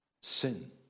Sin